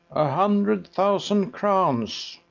a hundred thousand crowns.